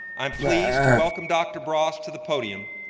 i'm pleased to welcome dr. bras to the podium